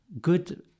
good